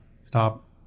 stop